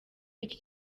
iki